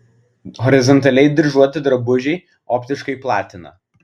horizontaliai dryžuoti drabužiai optiškai platina